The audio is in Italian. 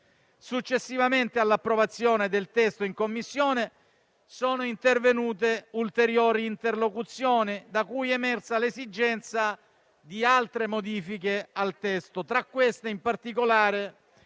Successivamente all'approvazione del testo in Commissione sono intervenute ulteriori interlocuzioni da cui è emersa l'esigenza di altre modifiche al testo. Tra queste, in particolare,